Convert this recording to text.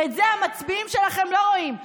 ואת זה המצביעים שלכם לא רואים.